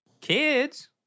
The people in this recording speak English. Kids